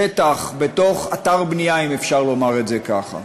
שטח, בתוך אתר בנייה, אם אפשר לומר את זה כך.